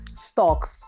stocks